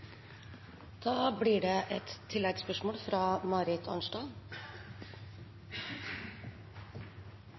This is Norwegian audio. Da blir det